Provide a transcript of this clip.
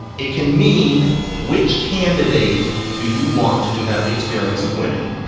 it can mean which candidate do you want to have the experience of winning.